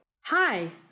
Hi